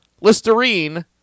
Listerine